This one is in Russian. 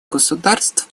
государства